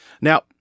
Now